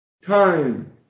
Time